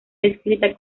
descrita